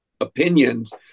opinions